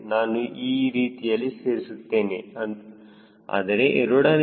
ನಾನು ಈ ರೀತಿಯಲ್ಲಿ ಸೇರಿಸುತ್ತೇನೆ ಆದರೆ a